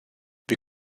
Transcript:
wir